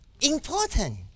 Important